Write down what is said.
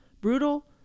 brutal